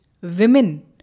women